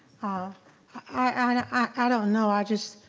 ah i don't know, i just,